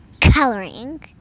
Coloring